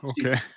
Okay